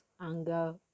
anger